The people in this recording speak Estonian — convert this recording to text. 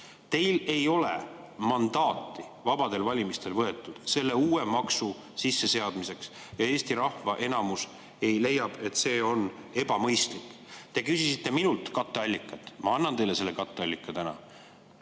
Teil ei ole vabadel valimistel võetud mandaati selle uue maksu sisseseadmiseks ja Eesti rahva enamus leiab, et see on ebamõistlik. Te küsisite minult katteallikat – ma annan teile selle katteallika täna.